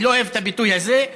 אני לא אוהב את הביטוי הזה,